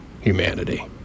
humanity